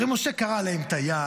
הרי משה קרע להם הים,